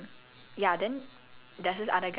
no matter how he likes ya so